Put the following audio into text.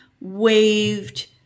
waved